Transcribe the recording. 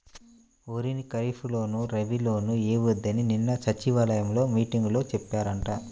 వరిని ఖరీప్ లోను, రబీ లోనూ ఎయ్యొద్దని నిన్న సచివాలయం మీటింగులో చెప్పారంట